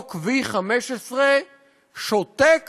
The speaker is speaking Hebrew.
חוק V15 שותק